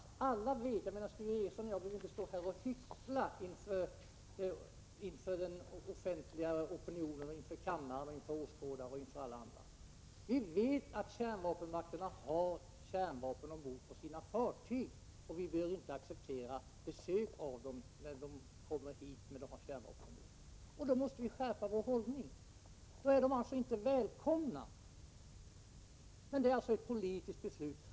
Sture Ericson och jag behöver inte hyckla inför den allmänna opinionen, kammaren eller åhörarna på läktaren, utan vi vet att kärnvapenmakterna har kärnvapen ombord på sina fartyg, och vi bör inte acceptera besök av sådana fartyg. Men då måste vi skärpa vår hållning. Vi måste alltså slå fast att de inte är välkomna. Det blir därmed fråga om ett politiskt beslut.